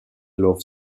love